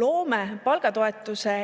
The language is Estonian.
Loome palgatoetuse